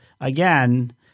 again